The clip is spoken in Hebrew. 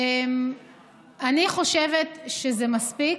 אני חושבת שזה מספיק,